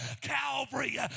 Calvary